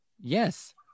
Yes